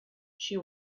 she